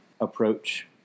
approach